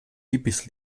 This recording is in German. hippies